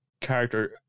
character